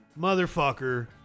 motherfucker